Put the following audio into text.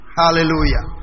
hallelujah